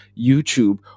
YouTube